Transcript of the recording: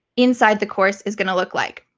inside the course is gonna look like.